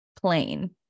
plain